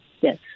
yes